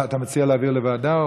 אתה מציע להעביר לוועדה?